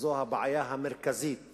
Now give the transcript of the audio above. זו הבעיה המרכזית